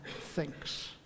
thinks